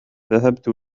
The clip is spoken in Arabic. ذهبت